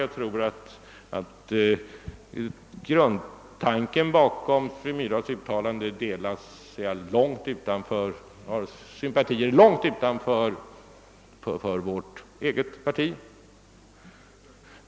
Jag tror att grundtanken bakom fru Myrdals uttalande har sympatier långt utanför vårt eget parti.